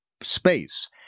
space